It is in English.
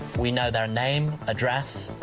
we know their name, address,